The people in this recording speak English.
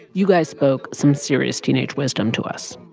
you guys spoke some serious teenage wisdom to us.